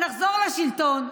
ונחזור לשלטון,